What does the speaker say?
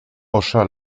hocha